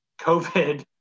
COVID